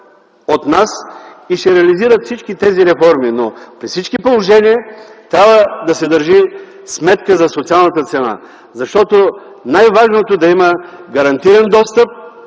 от нас и ще реализират всички тези реформи, но при това положение трябва да се държи сметка за социалната цена, защото най-важното е да има гарантиран достъп,